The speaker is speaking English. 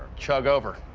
chug over.